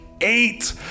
eight